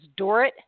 Dorit